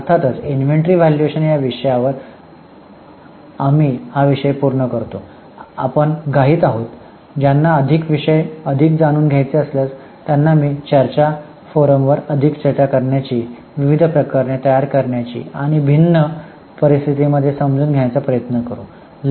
म्हणूनच अर्थातच inventory valuation या विषयावर आम्ही हा विषय पूर्ण करतो आम्ही घाईत आहोत ज्यांना अधिक जाणून घ्यायचे आहे त्यांना मी चर्चा फोरमवर अधिक चर्चा करण्याची विविध प्रकरणे तयार करण्याची आणि भिन्न परिस्थितींमध्ये समजून घेण्याचा प्रयत्न करू